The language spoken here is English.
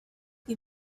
you